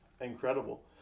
incredible